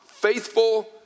faithful